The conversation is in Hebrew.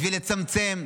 בשביל לצמצם,